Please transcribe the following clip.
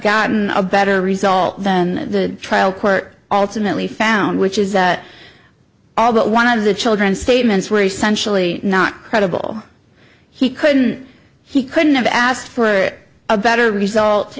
gotten a better result than the trial court ultimately found which is that all but one of the children statements were essentially not credible he couldn't he couldn't have asked for a better result